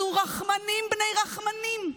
אנחנו רחמנים בני רחמנים.